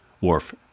Worf